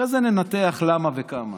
אחרי זה ננתח למה וכמה